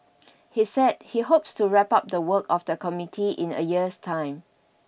he said he hopes to wrap up the work of the committee in a year's time